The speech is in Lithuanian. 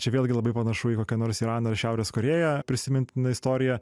čia vėlgi labai panašu į kokią nors iraną ar šiaurės korėją prisimintiną istoriją